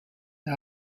der